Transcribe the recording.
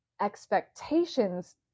expectations